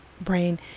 brain